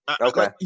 Okay